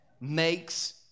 makes